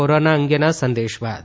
corona અંગેના આ સંદેશ બાદ